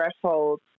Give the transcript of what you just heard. threshold